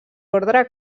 ordre